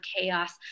chaos